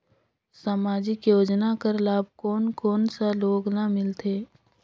समाजिक योजना कर लाभ कोन कोन सा लोग ला मिलथे?